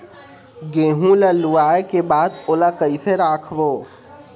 गेहूं ला लुवाऐ के बाद ओला कइसे राखबो?